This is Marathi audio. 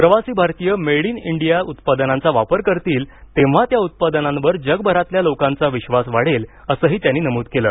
प्रवासी भारतीय मेड इन इंडिया उत्पादनांचा वापर करतील तेव्हा त्या उत्पादनांवर जगभरातल्या लोकांचा विश्वास वाढेल असंही त्यांनी नमूद केलं